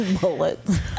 Bullets